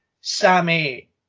Sammy